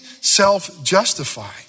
self-justify